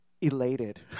elated